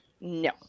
No